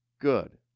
good